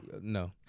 No